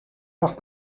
leurs